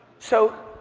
so,